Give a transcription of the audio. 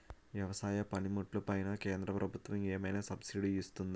వ్యవసాయ పనిముట్లు పైన కేంద్రప్రభుత్వం ఏమైనా సబ్సిడీ ఇస్తుందా?